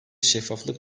şeffaflık